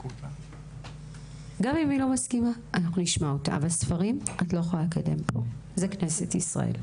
אבל את לא יכולה לקדם ספרים בכנסת ישראל.